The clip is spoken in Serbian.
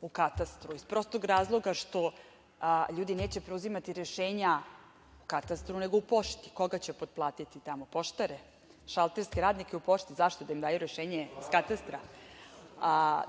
u katastru iz prostog razloga što ljudi neće preuzimati rešenja u katastru nego u pošti. Koga će potplatiti tamo, poštare, šalterske radnike u pošti? Zašto? Da im daju rešenje iz katastra?